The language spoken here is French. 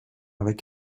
avec